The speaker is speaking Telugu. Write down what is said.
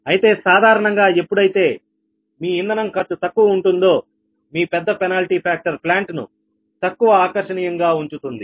అయితే సాధారణంగా ఎప్పుడైతే మీ ఇంధనం ఖర్చు తక్కువ ఉంటుందో మీ పెద్ద పెనాల్టీ పాక్టర్ ప్లాంట్ ను తక్కువ ఆకర్షణీయంగా ఉంచుతుంది